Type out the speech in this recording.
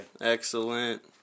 Excellent